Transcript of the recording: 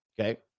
okay